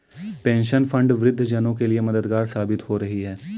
pension fund वृद्ध जनों के लिए मददगार साबित हो रही है